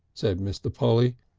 said mr. polly,